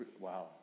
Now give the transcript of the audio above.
Wow